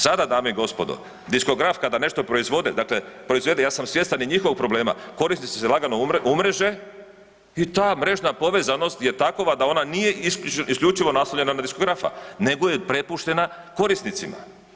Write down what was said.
Sada dame i gospodo, diskograf kada nešto proizvodi, dakle proizvede ja sam svjestan i njihovog problema korisnici se lagano umreže i ta mrežna povezanost je takova da ona nije isključivo naslonjena na diskografa nego jer prepuštena korisnicima.